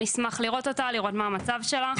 נשמח לראות אותה ולראות מה המצב שלה.